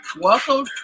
Welcome